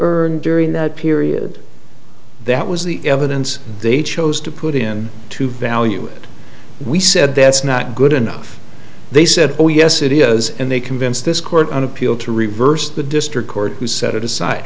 earned during that period that was the evidence they chose to put in to value it we said that's not good enough they said oh yes it is and they convinced this court on appeal to reverse the district court to set it aside